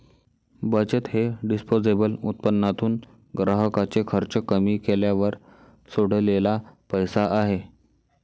बचत हे डिस्पोजेबल उत्पन्नातून ग्राहकाचे खर्च कमी केल्यावर सोडलेला पैसा आहे